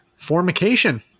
formication